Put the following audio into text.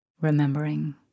remembering